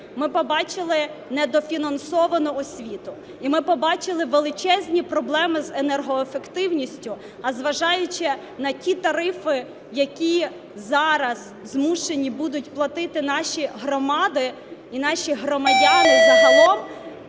Ми побачили недофінансовану освіту. І ми побачили величезні проблеми з енергоефективністю. А зважаючи на ті тарифи, які зараз змушені будуть платити наші громади і наші громадяни загалом,